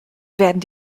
werden